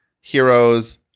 heroes